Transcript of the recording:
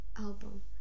album